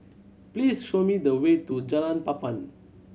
please show me the way to Jalan Papan